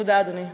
תודה, אדוני.